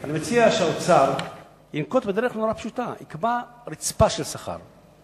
אני מציע שהאוצר ינקוט דרך פשוטה מאוד: יקבע רצפה של שכר.